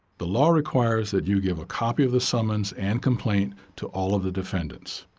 the law requires that you give a copy of the summons and complaint to all of the defendants.